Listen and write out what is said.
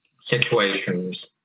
situations